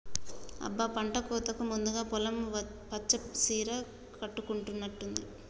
అబ్బ పంటకోతకు ముందు పొలం పచ్చ సీర కట్టుకున్నట్టుంది